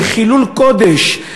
זה חילול קודש,